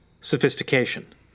sophistication